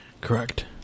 Correct